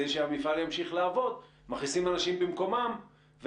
שאפילו כשהם רוצים להעסיק אנשים עם מוגבלות הם נתקלים בהרבה מאוד קשיים.